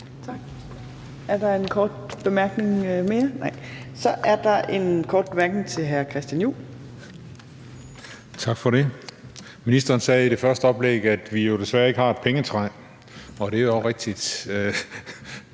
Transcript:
Er der en kort bemærkning mere? Nej. Så er der en kort bemærkning til hr. Christian Juhl. Kl. 18:40 Christian Juhl (EL): Tak for det. Ministeren sagde i det første oplæg, at vi jo desværre ikke har et pengetræ, og det er også rigtigt.